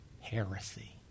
heresy